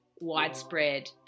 widespread